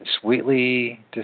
sweetly